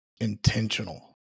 intentional